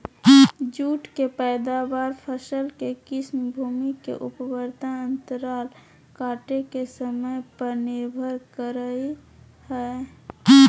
जुट के पैदावार, फसल के किस्म, भूमि के उर्वरता अंतराल काटे के समय पर निर्भर करई हई